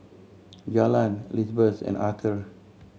Jalen Lizbeth and Arther